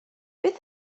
beth